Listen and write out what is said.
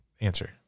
Answer